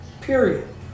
period